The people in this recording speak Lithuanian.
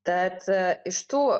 tad iš tų